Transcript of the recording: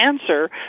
answer